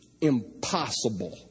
impossible